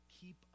keep